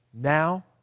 now